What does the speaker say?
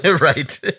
Right